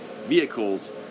vehicles